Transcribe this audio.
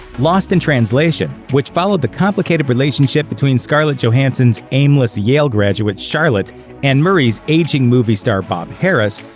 lost in translation, which followed the complicated relationship between scarlett johansson's aimless yale graduate charlotte and murray's aging movie star bob harris,